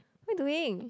what you doing